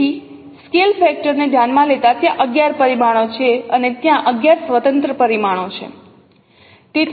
તેથી scale factor ને ધ્યાનમાં લેતા ત્યાં 11 પરિમાણો છે અને ત્યાં 11 સ્વતંત્ર પરિમાણો છે